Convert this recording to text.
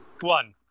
One